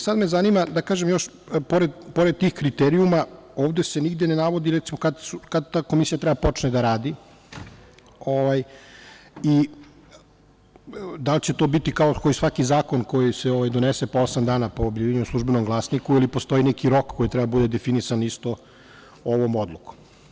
Sad me zanima, pored tih kriterijuma, ovde se nigde na navodi kada ta komisija treba da počne da radi i da li će to biti kao i svaki zakon koji se donosi – osam dana po objavljivanju u „Službenom glasniku“ ili postoji neki rok koji treba da bude definisan isto ovom odlukom.